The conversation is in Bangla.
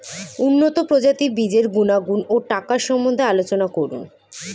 উন্নত প্রজাতির বীজের গুণাগুণ ও টাকার সম্বন্ধে আলোচনা করুন